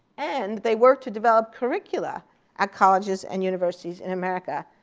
and they worked to develop curricula at colleges and universities in america.